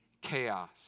Chaos